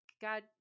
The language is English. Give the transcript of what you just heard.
God